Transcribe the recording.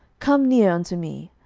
come near unto me.